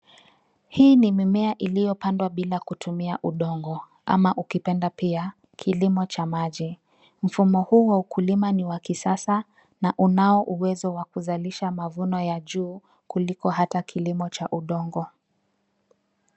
Hii ni mimea iliyopandwa bila kutumia udongo, ama ukipenda pia kilimo cha maji. Mfumo huu wa ukilima ni wa kisasa na unao uwezo wa kuzalisha mavuno ya juu kuliko hata kilimo cha udongo.